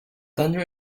thunder